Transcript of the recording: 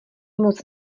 moc